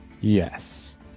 Yes